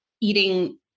eating